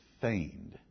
feigned